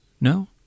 No